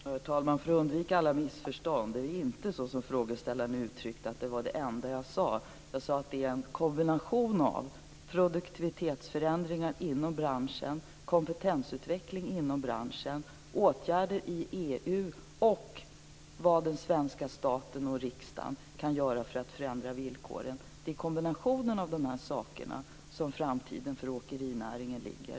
Herr talman! För att undvika alla missförstånd: Det är inte så som frågeställaren uttryckte det, att det var det enda jag sade. Jag sade att det är en kombination av produktivitetsförändringar inom branschen, kompetensutveckling inom branschen, åtgärder inom EU och vad den svenska staten och riksdagen kan göra för att förändra villkoren. Det är i kombinationen av de här sakerna som framtiden för åkerinäringen ligger.